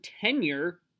tenure